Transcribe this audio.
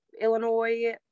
illinois